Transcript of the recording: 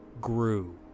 grew